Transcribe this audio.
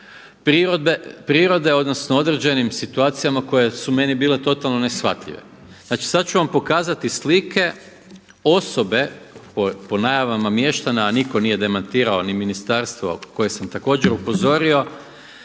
prirode, odnosno određenim situacijama koje su meni bile totalno neshvatljive. Znači sada ću vam pokazati slike osobe po najavama mještana a nitko nije demantirao ni ministarstvo koje sam također upozorio